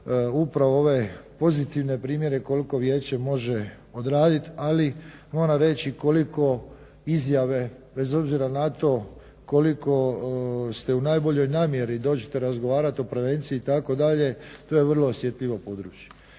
upravo ove pozitivne primjere koliko vijeće može odraditi, ali moram reći i koliko izjave bez obzira na to koliko ste u najboljoj namjeri dođete razgovarati o prevenciji itd., to je vrlo osjetljivo područje.